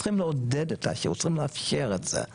אבל צריכים עודד את השירות, צריכים לאפשר את זה.